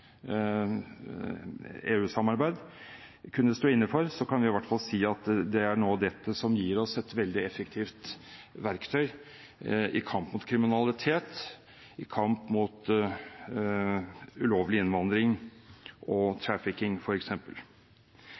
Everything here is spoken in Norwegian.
kunne stå inne for. Men vi kan i hvert fall si at det er noe av dette som gir oss et veldig effektivt verktøy i kampen mot kriminalitet, f.eks. i kampen mot ulovlig innvandring og trafficking.